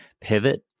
pivot